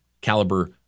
caliber